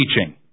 teaching